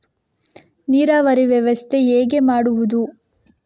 ನೀರಾವರಿ ವ್ಯವಸ್ಥೆ ಹೇಗೆ ಮಾಡುವುದು?